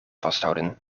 vasthouden